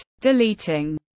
deleting